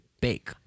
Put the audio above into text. bake